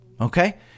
okay